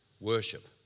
worship